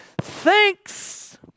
thanks